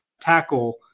tackle